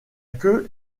queue